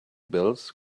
bills